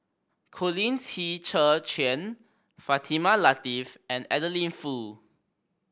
Colin Qi Zhe Quan Fatimah Lateef and Adeline Foo